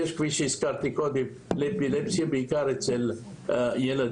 יש לאפילפסיה, בעיקר אצל ילדים,